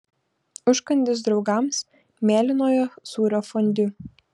užkandis draugams mėlynojo sūrio fondiu